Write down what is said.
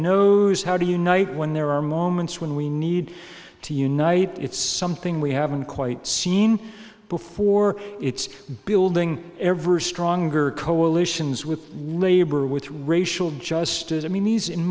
knows how to unite when there are moments when we need to unite it's something we haven't quite seen before it's building ever stronger coalitions with labor with racial justice i mean these in